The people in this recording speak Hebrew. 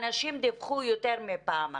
הנשים דיווחו יותר מפעם אחת.